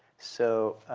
so